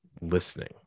listening